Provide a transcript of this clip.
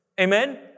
Amen